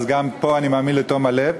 אז גם פה אני מאמין בתום הלב.